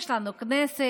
יש לנו כנסת,